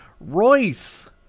Royce